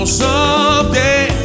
someday